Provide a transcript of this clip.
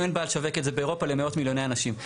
אין בעיה לשווק את זה באירופה למאות מיליוני אנשים.